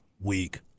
week